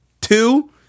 Two